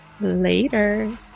Later